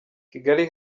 kigali